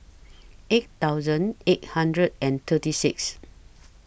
eight thousand eight hundred and thirty six